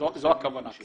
זו הכוונה.